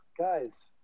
Guys